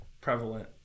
prevalent